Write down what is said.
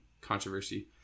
Controversy